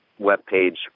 webpage